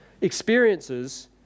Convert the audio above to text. experiences